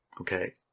Okay